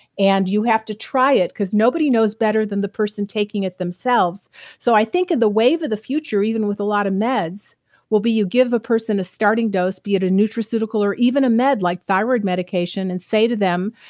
and you have to try it because nobody knows better than the person taking it themselves so i think of the wave of the future even with a lot of meds will be you give a person a starting dose be it a nutraceutical or even a med like thyroid medication and say to them,